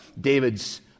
David's